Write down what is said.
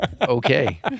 Okay